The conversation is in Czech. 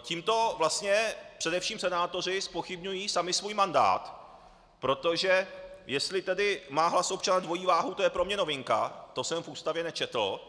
Tímto vlastně především senátoři zpochybňují sami svůj mandát, protože jestli má hlas občana dvojí váhu, to je pro mě novinka, to jsem v Ústavě nečetl,